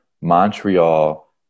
Montreal